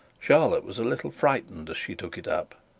charlotte was a little frightened as she took it up,